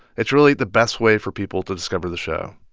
it's really the best way for people to discover the show.